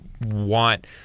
want